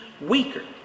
weaker